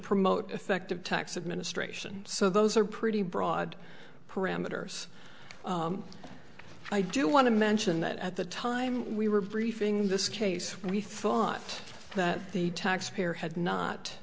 promote effective tax administration so those are pretty broad parameters i do want to mention that at the time we were briefing this case we thought that the taxpayer had not